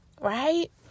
right